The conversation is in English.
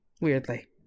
Weirdly